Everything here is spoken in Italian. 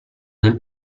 del